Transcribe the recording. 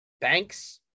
Banks